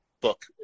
book